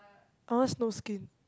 I like snow skin